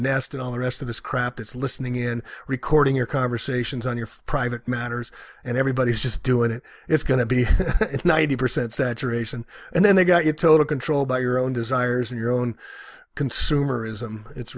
nest and all the rest of this crap it's listening in recording your conversations on your private matters and everybody's just doing it it's going to be ninety percent saturation and then they got you total control by your own desires and your own consumerism it's